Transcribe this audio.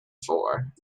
for